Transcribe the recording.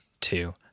two